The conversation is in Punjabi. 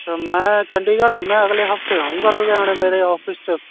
ਅੱਛਾ ਮੈਂ ਚੰਡੀਗੜ੍ਹ ਦੀ ਮੈਂ ਅਗਲੇ ਹਫ਼ਤੇ ਆਉਂਗਾ ਲੁਧਿਆਣੇ ਮੇਰੇ ਆਫਿਸ 'ਚ